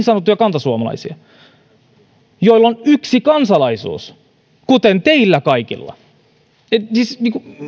sanottuja kantasuomalaisia joilla on yksi kansalaisuus kuten teillä kaikilla siis